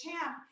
Champ